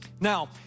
Now